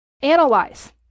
Analyze